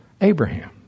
Abraham